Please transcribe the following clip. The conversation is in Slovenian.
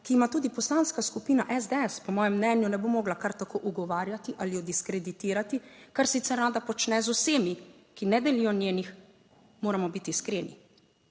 ki jima tudi Poslanska skupina SDS po mojem mnenju ne bo mogla kar tako ugovarjati ali diskreditirati, kar sicer rada počne z vsemi, ki ne delijo njenih, moramo biti iskreni,